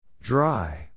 Dry